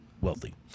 wealthy